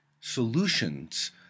solutions